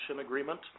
agreement